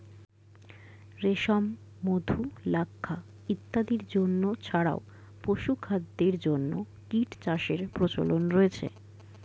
রেশম, মধু, লাক্ষা ইত্যাদির জন্য ছাড়াও পশুখাদ্যের জন্য কীটচাষের প্রচলন রয়েছে